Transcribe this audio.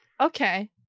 Okay